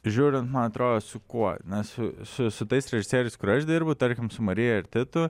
žiūrint man atrodo su kuo nes su su tais režisierius kur aš dirbu tarkim su marija titu